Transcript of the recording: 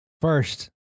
first